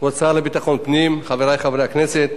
כבוד השר לביטחון הפנים, חברי חברי הכנסת,